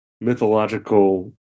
mythological